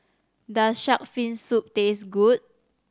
does shark fin soup taste good